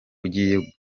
ugiye